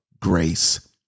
grace